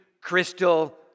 crystal